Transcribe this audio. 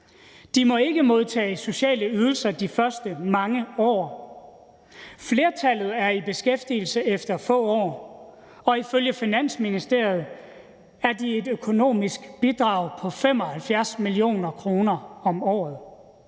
De må ikke modtage sociale ydelser i de første mange år, flertallet er i beskæftigelse efter få år, og ifølge Finansministeriet er de et økonomisk bidrag på 75 mio. kr. om året.